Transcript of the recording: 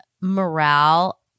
morale